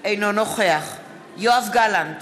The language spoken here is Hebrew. אינו נוכח יואב גלנט,